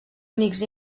únics